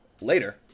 later